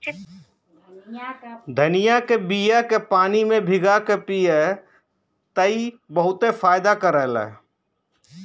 धनिया के बिया के पानी में भीगा के पिय त ई बहुते फायदा करेला